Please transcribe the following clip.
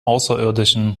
außerirdischen